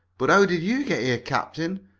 but how did you get here, captain?